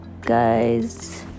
guys